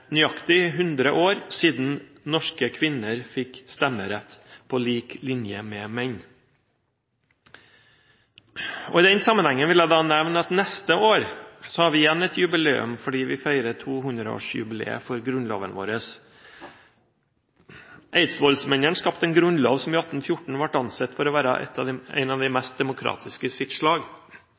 nøyaktig 100 år siden norske kvinner fikk stemmerett på lik linje med menn. I den sammenhengen vil jeg nevne at vi neste år igjen har et jubileum, fordi vi feirer 200-årsjubileet for Grunnloven vår. Eidsvollsmennene skapte en grunnlov som i 1814 ble ansett for å være en av de mest demokratiske i sitt slag.